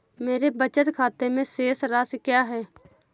मेरे बचत खाते में शेष राशि क्या है?